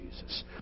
Jesus